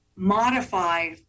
modify